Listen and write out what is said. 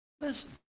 Listen